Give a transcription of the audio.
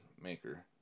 maker